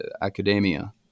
academia